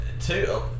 Two